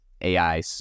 AI